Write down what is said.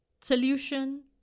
solution